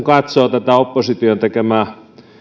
katsoo opposition tekemiä